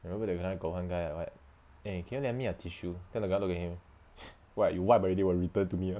I remember that time got one guy like [what] eh can you lend me a tissue then the guy look at him what you wipe already will return to me ah